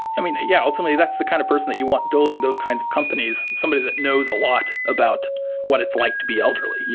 yeah, ultimately. that's the kind of person that you want building those kinds of companies. somebody that knows a lot about what it's like to be elderly. yeah